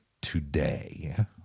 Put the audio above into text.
today